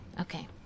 Okay